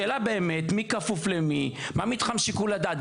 השאלה באמת היא מי כפוף למי, מה מתחם שיקול הדעת.